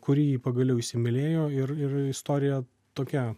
kurį pagaliau įsimylėjo ir ir istorija tokia